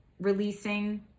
releasing